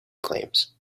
claims